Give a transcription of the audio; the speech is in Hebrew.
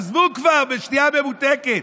עזבו כבר שתייה ממותקת.